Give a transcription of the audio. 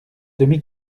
demi